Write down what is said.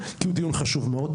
כי הוא חשוב מאוד.